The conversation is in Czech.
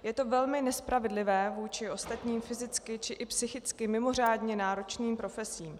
Je to velmi nespravedlivé vůči ostatním fyzicky či psychicky mimořádně náročným profesím.